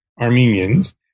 Armenians